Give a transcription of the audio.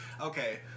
Okay